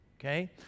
okay